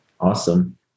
Awesome